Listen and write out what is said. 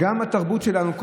גם התרבות שלנו,